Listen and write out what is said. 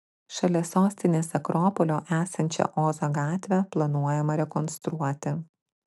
šalia sostinės akropolio esančią ozo gatvę planuojama rekonstruoti